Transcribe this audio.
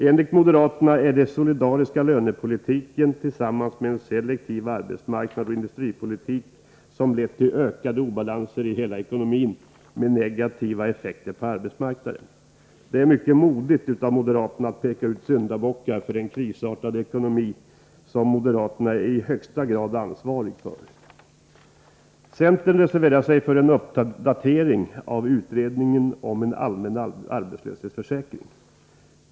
Enligt moderaterna är det den solidariska lönepolitiken tillsammans med en selektiv arbetsmarknadsoch industripolitik som har lett till ökade obalanser i hela ekonomin, med negativa effekter på arbetsmarknaden. Det är modigt av moderaterna att peka ut syndabockar för den krisartade ekonomi som moderaterna är i högsta grad ansvariga för. Centern reserverar sig för en uppdatering av utredningen om en allmän arbetslöshetsförsäkring.